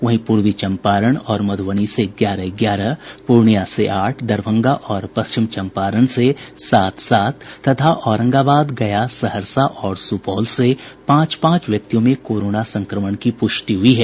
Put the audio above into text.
वहीं पूर्वी चंपारण और मधुबनी से ग्यारह ग्यारह पूर्णिया से आठ दरभंगा और पश्चिम चंपारण से सात सात तथा औरंगाबाद गया सहरसा और सुपौल से पांच पांच व्यक्तियों में कोरोना संक्रमण की पुष्टि हुई है